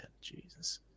Jesus